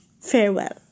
Farewell